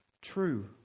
true